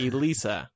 Elisa